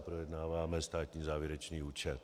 Projednáváme státní závěrečný účet.